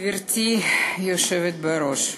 גברתי היושבת בראש,